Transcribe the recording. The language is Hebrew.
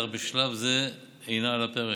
אך בשלב זה היא אינה על הפרק.